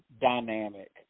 dynamic